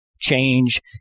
Change